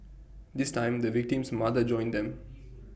this time the victim's mother joined them